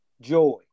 joy